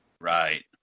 Right